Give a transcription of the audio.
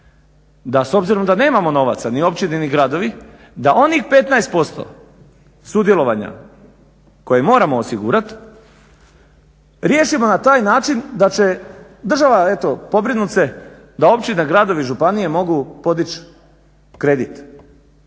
da s obzirom da nemamo novaca ni općine ni gradovi da onih 15% sudjelovanja koje moramo osigurati riješimo na taj način da će država eto pobrinuti se da općine, gradovi, županije mogu podići kredit.